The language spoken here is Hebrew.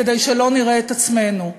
כדי שלא נראה את עצמנו,